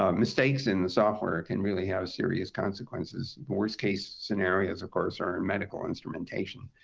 um mistakes in the software can really have serious consequences. worst-case scenarios, of course, are medical instrumentation.